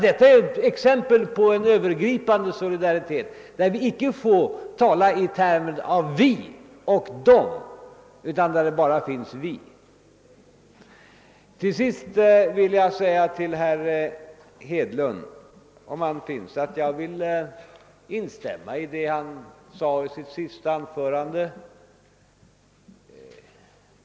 Detta är ett exempel på en övergripande solidaritet, där vi icke får tala i termer som »vi» och »de«, utan där det bara finns »vi«. Till sist vill jag säga till herr Hedlund att jag instämmer i det han yttrade i sitt senaste anförande.